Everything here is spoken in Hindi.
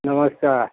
नमस्कार